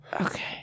Okay